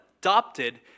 adopted